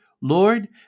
Lord